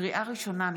לקריאה ראשונה,